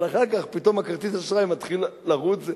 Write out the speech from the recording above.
אבל אחר כך פתאום כרטיס האשראי מתחיל לרוץ,